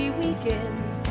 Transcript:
weekends